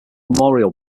memorial